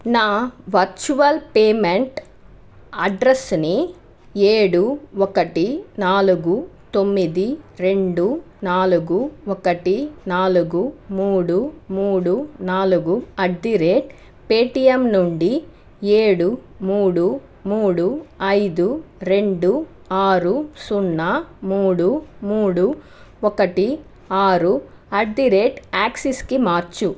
నా virtual payment అడ్రెస్సుని ఏడు ఒకటి నాలుగు తొమ్మిది రెండు నాలుగు ఒకటి నాలుగు మూడు మూడు నాలుగు అట్ ది రేట్ పేటియం నుండి ఏడు మూడు మూడు ఐదు రెండు ఆరు సున్నా మూడు మూడు ఒకటి ఆరు అట్ ది రేట్ యాక్సిస్కి మార్చు